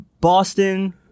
Boston—